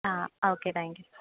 ആ okay thank U